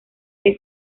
que